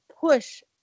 push